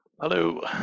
Hello